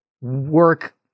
work